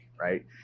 right